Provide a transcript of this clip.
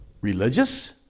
religious